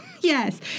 yes